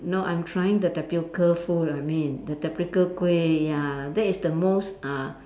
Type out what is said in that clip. no I'm trying the tapioca food I mean the tapioca kueh yeah that is the most uh